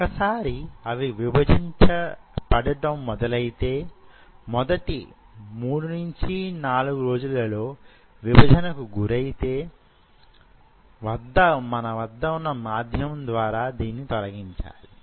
ఒకసారి అవి విభజించపడటం మొదలైతే మొడటి 3 4 రోజులలో విభజనకు గురైతే వద్ద ఉన్న మాధ్యమం ద్వారా దానిని తొలగించాలి